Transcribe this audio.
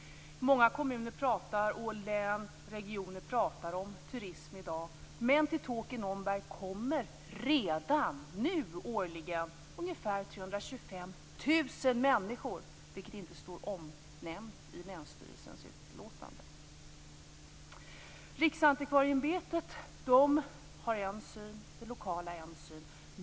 Många kommuner, län och regioner, pratar om turism i dag. Men till Tåkern/Omberg kommer redan nu årligen ungefär 325 000 människor. Det står inte omnämnt i länsstyrelsens utlåtande. Riksantikvarieämbetet har en syn, det lokala har en syn.